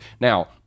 now